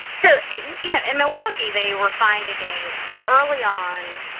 so, you know, in milwaukee, they were finding early on,